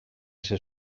ser